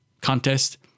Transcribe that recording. contest